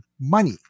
money